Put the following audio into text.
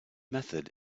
method